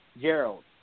Gerald